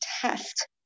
test